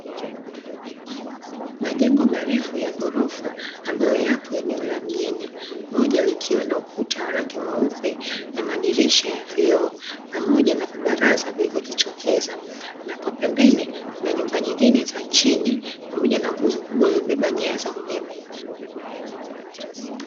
Majengo marefu ya ghorofa ambayo yako eneo la mjini, moja likiwa na ukuta wa rangi mweupe, na madirisha ya vioo pamoja na vibaraza vilivyojitokeza. Na kwa pembeni kuna nyumba nyingine za chini, pamoja na nguzo kubwa iliyobeba nyanya za umeme.